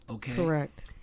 Correct